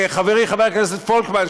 חברי חבר הכנסת פולקמן,